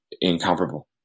incomparable